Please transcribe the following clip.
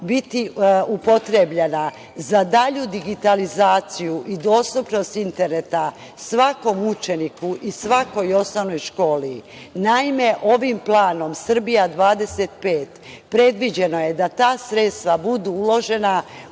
biti upotrebljena za dalju digitalizaciju i dostupnost interneta svakom učeniku i svakoj osnovnoj školi. Naime, ovim planom „Srbija 2025“ predviđeno je da ta sredstva budu uložena